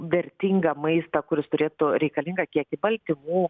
vertingą maistą kuris turėtų reikalingą kiekį baltymų